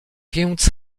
więc